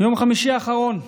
ביום חמישי האחרון,